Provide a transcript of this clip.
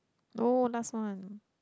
no last one